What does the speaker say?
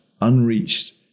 unreached